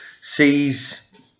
sees